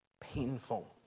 painful